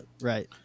right